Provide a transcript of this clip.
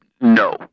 No